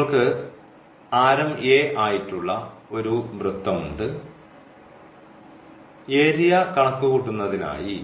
ഞങ്ങൾക്ക് ആരം ആയിട്ടുള്ള ഒരു വൃത്തമുണ്ട് ഏരിയ കണക്കുകൂട്ടുന്നതിനായി